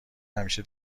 همیشه